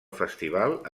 festival